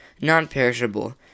Non-perishable